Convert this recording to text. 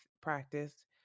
practice